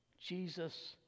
Jesus